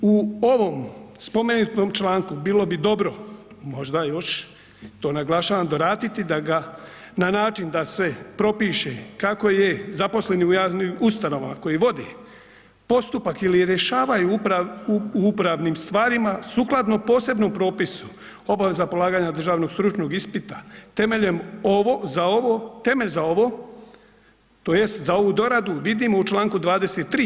U ovom spomenutom članku bilo bi dobro možda još to naglašavam doraditi da ga, na način da se propiše kako je zaposleni u javnim ustanovama koji vodi postupak ili rješavaju u upravnim stvarima sukladno posebnom propisu obaveza polaganja državnog stručnog ispita temeljem ovo, za ovo, temelj za ovo tj. za ovu doradu vidimo u čl. 23.